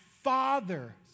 father